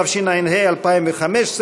התשע"ה 2015,